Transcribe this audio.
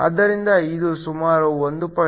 ಆದ್ದರಿಂದ ಇದು ಸುಮಾರು 1